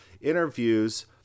interviews